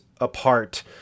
Apart